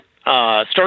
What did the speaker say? start